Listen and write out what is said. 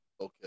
Okay